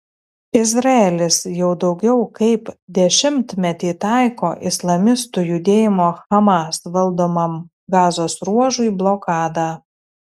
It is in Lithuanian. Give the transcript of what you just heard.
izraelis jau daugiau kaip dešimtmetį taiko islamistų judėjimo hamas valdomam gazos ruožui blokadą